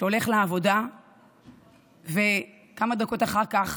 הולך לעבודה וכמה דקות אחר כך